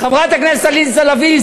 חברת הכנסת עליזה לביא,